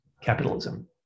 capitalism